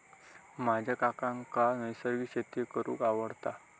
माझ्या काकांका नैसर्गिक शेती करूंक आवडता